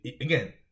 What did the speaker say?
Again